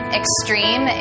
extreme